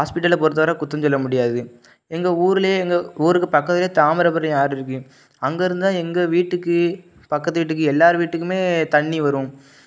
ஹாஸ்பிட்டலை பொறுத்தை வர குற்றம் சொல்ல முடியாது எங்கள் ஊரில் எங்கள் ஊருக்கு பக்கத்துலேயே தாமிரபரணி ஆறு இருக்குது அங்கே இருந்து தான் எங்கள் வீட்டுக்கு பக்கத்துக்கு வீட்டுக்கு எல்லார் வீட்டுக்கும் தண்ணி வரும்